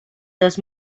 dos